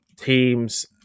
teams